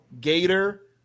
gator